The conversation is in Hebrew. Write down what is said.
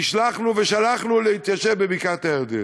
נשלחנו ושלחנו להתיישב בבקעת-הירדן.